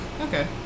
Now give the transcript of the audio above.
Okay